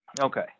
okay